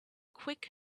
quick